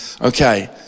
Okay